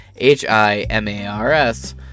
HIMARS